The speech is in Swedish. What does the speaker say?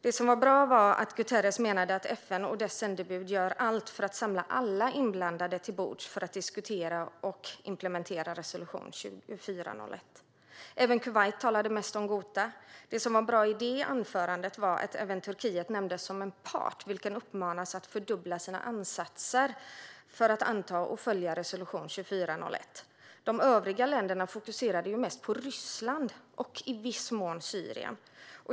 Det som var bra var att Guterres menade att FN och dess sändebud gör allt för att samla alla inblandade till bords för att diskutera och implementera resolution 2401. Även Kuwait talade mest om Ghouta. Det som var bra i detta anförande var att även Turkiet nämndes som en part, vilken uppmanas att fördubbla sina ansatser för att anta och följa resolution 2401. De övriga länderna fokuserade mest på Ryssland och i viss mån på Syrien.